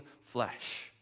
flesh